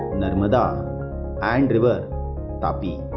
narmada and river tapi